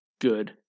good